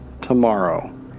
tomorrow